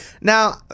Now